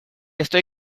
estoy